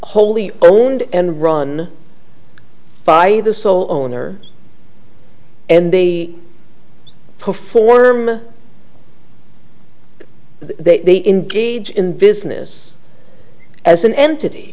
wholly owned and run by the sole owner and they perform they engage in business as an entity